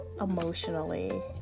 emotionally